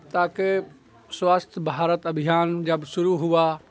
تاکہ سوستھ بھارت ابھیان جب شروع ہوا